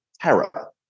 terror